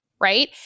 right